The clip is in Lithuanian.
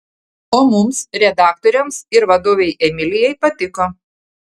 o mums redaktoriams ir vadovei emilijai patiko